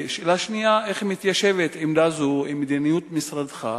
שאלה שנייה: איך מתיישבת עמדה זו עם מדיניות משרדך,